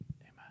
amen